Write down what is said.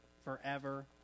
forever